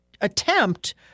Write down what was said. attempt